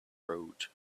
road